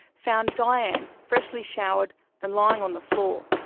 found dianne freshly showered and lying on the floor.